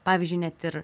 pavyzdžiui net ir